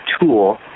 tool